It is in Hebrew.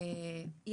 שלום, אני